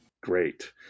great